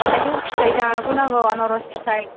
थाइजौ फिथाय जाबोनांगौ आनारस फिथाय